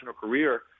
career